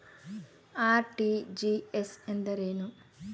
RTGS ಎಂದರೇನು?